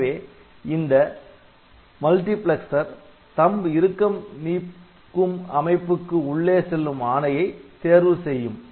எனவே இந்த பன்மையாக்கி THUMB இறுக்கம் நீக்கும் அமைப்புக்கு உள்ளே செல்லும் ஆணையை தேர்வு செய்யும்